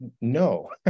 no